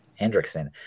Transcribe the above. Hendrickson